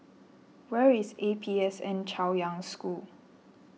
where is A P S N Chaoyang School